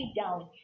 down